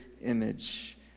image